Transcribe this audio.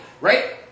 right